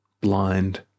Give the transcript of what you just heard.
blind